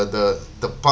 the the pump